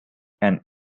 and